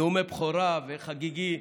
נאומי בכורה, וחגיגי.